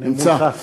נמצא.